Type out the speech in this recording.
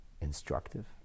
instructive